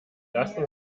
lassen